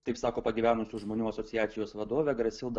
taip sako pagyvenusių žmonių asociacijos vadovė grasilda